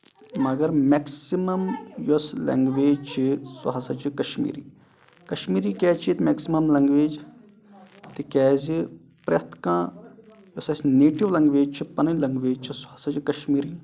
مَگر میکسِمم یۄس لینگویج چھِ سُہ ہسا چھِ کَشمیٖری کَشمیٖری کیازِ چھِ ییٚتہِ میکسِمم لینگویج تِکیازِ پرٮ۪تھ کانٛہہ یۄس اَسہِ نیٹِو لینگویج چھِ پَنٕنۍ لینگویچ چھِ سُہ ہسا چھِ کَشمیٖری